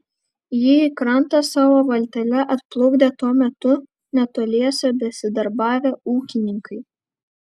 jį į krantą savo valtele atplukdė tuo metu netoliese besidarbavę ūkininkai